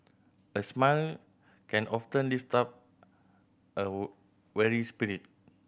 a smile can often lift up a weary spirit